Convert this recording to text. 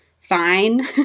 fine